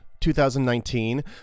2019